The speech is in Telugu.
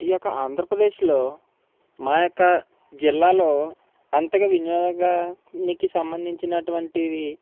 ఈ యొక్క ఆంధ్రప్రదేశ్లో మా యొక్క జిల్లాలో అంతగా వినియోగానికి సంబంధించినటువంటివి